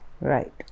Right